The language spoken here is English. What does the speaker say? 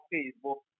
Facebook